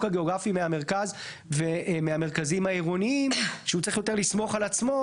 הגיאוגרפי מהמרכז ומהמרכזים העירוניים שהוא צריך יותר לסמוך על עצמו,